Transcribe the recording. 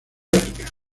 áfrica